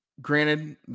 Granted